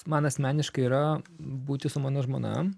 man asmeniškai yra būti su mano žmona